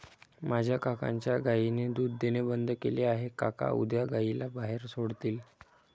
माझ्या काकांच्या गायीने दूध देणे बंद केले आहे, काका उद्या गायीला बाहेर सोडतील